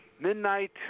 midnight